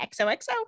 XOXO